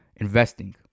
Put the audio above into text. investing